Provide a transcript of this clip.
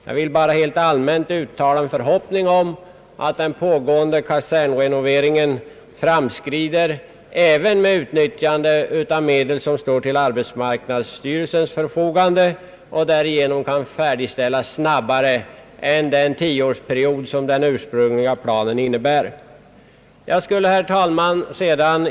Jag vill endast rent allmänt uttala en förhoppning om att den påbörjade kasernrenoveringen framskrider med utnyttjande även av medel som står till arbetsmarknadsstyrelsens förfogande, så att kasernerna därigenom kan färdigställas snabbare än ursprungligen planterats, dvs. under en tioårsperiod. Herr talman!